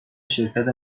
شرکت